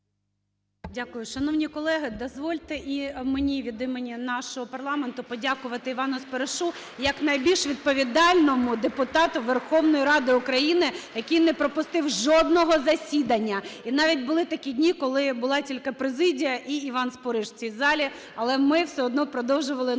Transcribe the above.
Дякую. Шановні колеги, дозвольте і мені від імені нашого парламенту подякувати Івану Споришу як найбільш відповідальному депутату Верховної Ради України, який не пропустив жодного засідання. І навіть були такі дні, коли була тільки президія і Іван Спориш в цій залі. Але ми все одно продовжували нашу